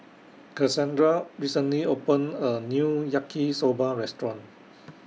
Kasandra recently opened A New Yaki Soba Restaurant